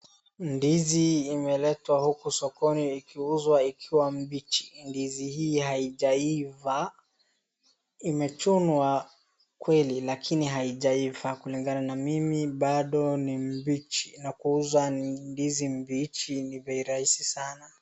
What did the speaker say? Ndizi imeletwa huku sokoni ikiuzwa ikiwa mbichi. Ndizi hii haijaiva, imechunwa kweli lakini haijaiva kulingana na mimi bado ni mbichi na kuuzwa ndizi mbichi ni bei rahisi sana.